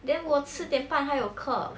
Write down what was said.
then 我四点半还有课